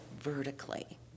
vertically